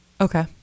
Okay